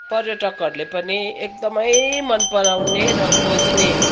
पर्यटकहरूले पनि एकदमै मन पराउने र खोज्ने